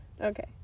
Okay